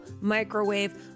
microwave